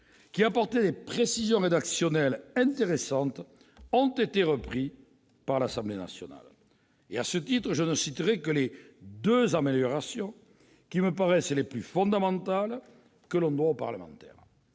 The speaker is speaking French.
qui apportaient des précisions rédactionnelles intéressantes, ont été repris par l'Assemblée nationale. À ce titre, je ne citerai que les deux améliorations les plus fondamentales que l'on doit aux parlementaires.